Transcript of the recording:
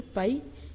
314